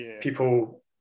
people